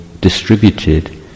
distributed